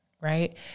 Right